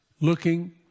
looking